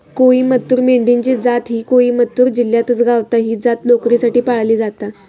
कोईमतूर मेंढी ची जात ही कोईमतूर जिल्ह्यातच गावता, ही जात लोकरीसाठी पाळली जाता